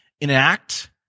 enact